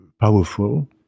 powerful